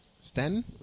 Sten